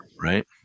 right